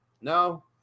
No